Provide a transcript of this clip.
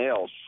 else